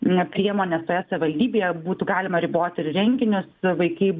na priemones toje savivaldybėje būtų galima riboti ir renginius vaikai